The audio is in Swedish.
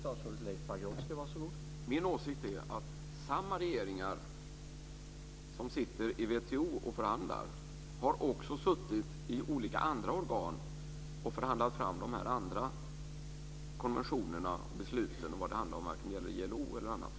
Herr talman! Min åsikt är att samma regeringar som sitter i WTO och förhandlar också har suttit i olika andra organ och förhandlat fram de andra konventionerna och besluten när det gäller ILO och annat.